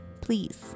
please